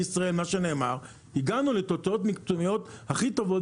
בישראל הגענו לתוצאות מקצועיות הכי טובות